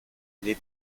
les